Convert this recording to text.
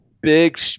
big